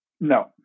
No